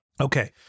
Okay